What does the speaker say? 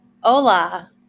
Hola